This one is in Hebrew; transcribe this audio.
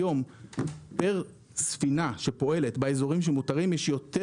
היום פר ספינה שפועלת באזורים שמותרים יש יותר